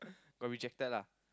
but rejected lah